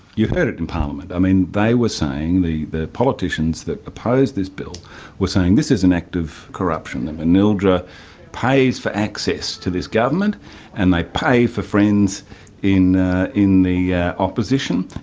you heard it in parliament, i mean, they were saying, the the politicians that opposed this bill were saying this is an act of corruption, that manildra pays for access to this government and they pay for friends in the in the yeah opposition,